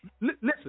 Listen